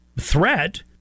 threat